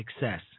success